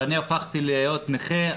אבל אני הפכתי להיות נכה,